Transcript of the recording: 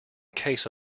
case